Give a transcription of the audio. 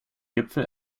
gipfel